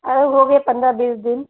अरे हो गये पन्द्रह बीस दिन